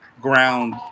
ground